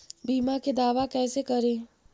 बीमा के दावा कैसे करी?